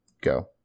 go